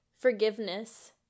forgiveness